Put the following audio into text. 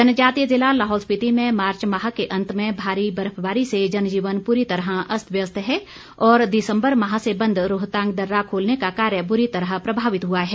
जनजातीय जिला लाहौल स्पिति में मार्च माह के अंत में भारी बर्फबारी से जनजीवन पूरी तरह अस्त व्यस्त है और दिसम्बर माह से बंद रोहतांग दर्रा खोलने का कार्य बुरी तरह प्रभावित हुआ है